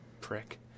prick